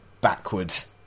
backwards